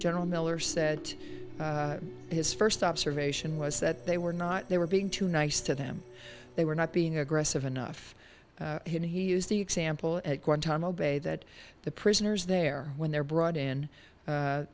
general miller said his first observation was that they were not they were being too nice to them they were not being aggressive enough him he used the example at guantanamo bay that the prisoners there when they're brought in